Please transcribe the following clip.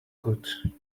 could